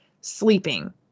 sleeping